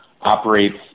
operates